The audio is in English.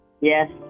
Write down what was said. Yes